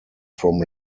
from